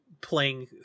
playing